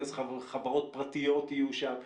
אז חברות פרטיות יהיו שם.